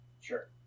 Sure